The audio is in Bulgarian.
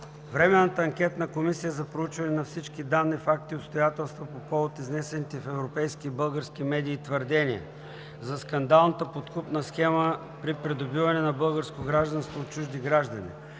Временната анкетна комисия за проучване на всички данни, факти и обстоятелства по повод изнесените в европейски и български медии твърдения за скандалната подкупна схема при придобиване на българско гражданство от чужди граждани